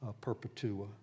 Perpetua